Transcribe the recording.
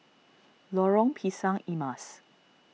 Lorong Pisang Emas